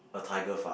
a tiger father